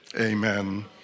Amen